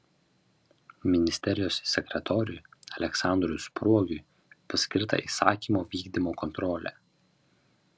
ministerijos sekretoriui aleksandrui spruogiui paskirta įsakymo vykdymo kontrolė